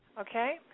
Okay